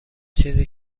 چیزی